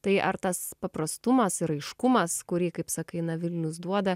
tai ar tas paprastumas ir aiškumas kurį kaip sakai na vilnius duoda